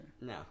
No